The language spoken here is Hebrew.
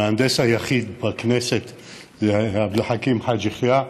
המהנדס היחיד בכנסת הוא עבד אל חכים חאג' יחיא,